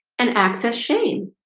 and access shame